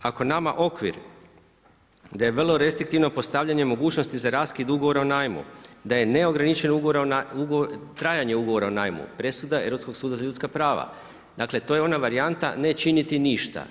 Ako je nama okvir da je vrlo restriktivno postavljanje mogućnosti za raskid ugovora o najmu, da je neograničeno trajanje ugovora o najmu, presuda Europskog suda za ljudska prava, dakle to je ona varijanta ne činiti ništa.